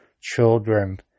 children